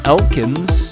Elkins